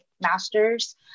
master's